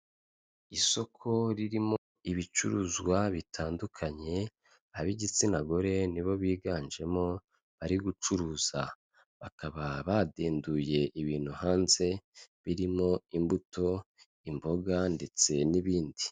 Isoko ririmo ibicuruzwa bitandukanye ab'igitsina gore nibo biganjemo bari gucuruza, bakaba badenduye ibintu hanze birimo imbuto, imboga ndetse n'ibindi.